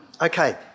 Okay